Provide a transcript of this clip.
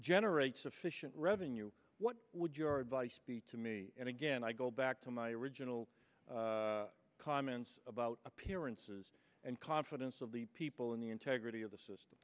generate sufficient revenue what would your advice be to me and again i go back to my original comments about appearances and confidence of the people and the integrity of the system